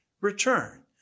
return